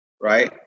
right